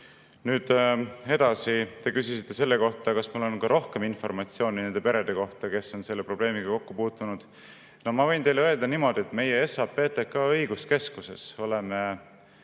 Nüüd edasi, te küsisite, kas mul on rohkem informatsiooni nende perede kohta, kes on selle probleemiga kokku puutunud. Ma võin teile öelda niimoodi, et meie SAPTK õiguskeskuses oleme